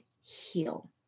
heal